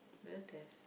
better test